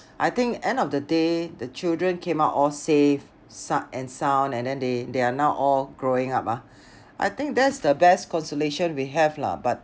I think end of the day the children came out all safe sou~ and sound and then they they are now all growing up ah I think that's the best consolation we have lah but